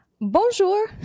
Bonjour